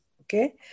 okay